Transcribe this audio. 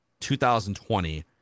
2020